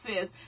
says